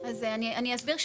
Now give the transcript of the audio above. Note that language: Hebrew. אז אני אסביר.